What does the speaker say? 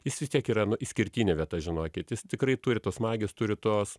jis vis tiek yra nu išskirtinė vieta žinokit jis tikrai turi tos smagios turi tos